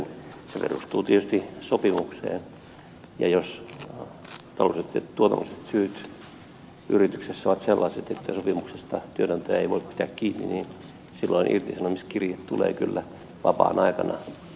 se perustuu tietysti sopimukseen ja jos taloudelliset ja tuotannolliset syyt yrityksessä ovat sellaiset että työnantaja ei voi pitää sopimuksesta kiinni silloin irtisanomiskirje tulee kyllä vapaan aikana tämän vapaan käyttäjälle